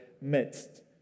midst